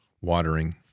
watering